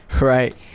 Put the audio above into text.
right